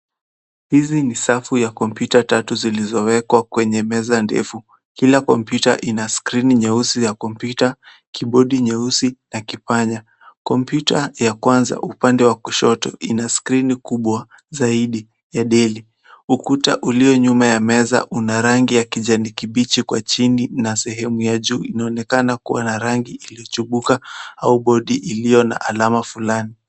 Hizi ni safu ya kompyuta tatu zilizowekwa kwenye meza ndefu. Kila kompyuta ina skrini nyeusi ya kompyuta, kibodi nyeusi na kipanya. Kompyuta ya kwanza upande wa kushoto ina skrini kubwa zaidi ya Dell. Ukuta ulio nyuma ya meza una rangi ya kijani kibichi kwa chini na sehemu ya juu inaonekana kuwa na rangi iliyochubuka au bodi iliyo na alama fulani.